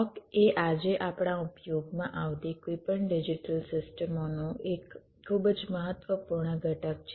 clock એ આજે આપણા ઉપયોગમાં આવતી કોઈપણ ડિજિટલ સિસ્ટમોનો એક ખૂબ જ મહત્વપૂર્ણ ઘટક છે